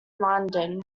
london